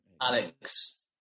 Alex